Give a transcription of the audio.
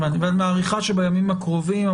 אבל את מעריכה שבימים הקרובים,